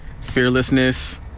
fearlessness